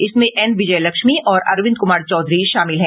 इसमें एन विजय लक्ष्मी और अरविंद कुमार चौधरी शामिल हैं